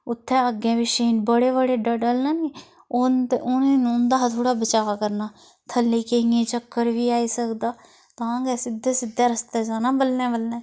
उत्थें अग्गें पिच्छें बड़े बड़े डडल न उनें उंदा हा थोह्ड़ा बचाऽ करना थल्लें केइयें गी चक्कर बी आई सकदा तां गै सिद्धे सिद्धे रस्ते जाना बल्लें बल्लें